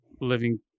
living